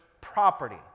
property